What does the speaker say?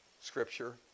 scripture